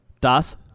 Das